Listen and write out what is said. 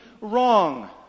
wrong